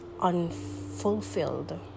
unfulfilled